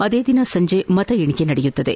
ಆದೇ ದಿನ ಸಂಜೆ ಮತ ಎಣಿಕೆ ನಡೆಯಲಿದೆ